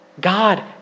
God